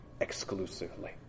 exclusively